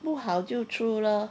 不好就出 lor